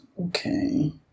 okay